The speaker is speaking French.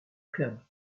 club